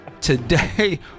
today